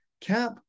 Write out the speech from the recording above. Cap